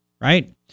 right